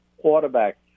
quarterback